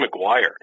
McGuire